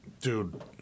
dude